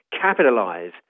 capitalize